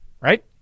right